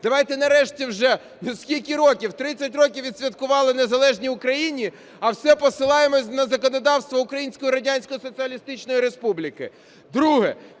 Давайте нарешті вже! Ну скільки років? 30 років відсвяткували незалежній Україні, а все посилаємося на законодавство Української Радянської Соціалістичної Республіки. Друге.